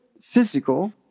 physical